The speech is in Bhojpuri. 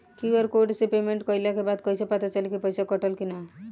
क्यू.आर कोड से पेमेंट कईला के बाद कईसे पता चली की पैसा कटल की ना?